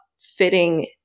fitting